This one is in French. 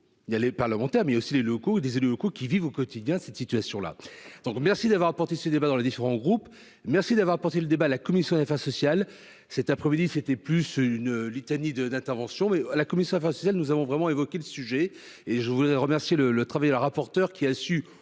Il y a les parlementaires, mais aussi les locaux, des élus locaux qui vivent au quotidien cette situation-là donc, merci d'avoir apporté ces débats dans les différents groupes. Merci d'avoir porté le débat la Commission sociale cet après-midi c'était plus une litanie de d'intervention, mais à la commission sociale, nous avons vraiment évoqué le sujet et je voudrais remercier le le travail et la rapporteur qui a su